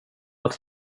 att